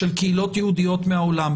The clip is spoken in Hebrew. של קהילות יהודיות מהעולם?